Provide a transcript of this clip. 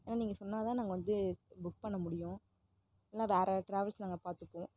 நீங்கள் சொன்னால் தான் நாங்க வந்து புக் பண்ண முடியும் இல்லைனா வேற ட்ராவல்ஸ் நாங்கள் பார்த்துப்போம்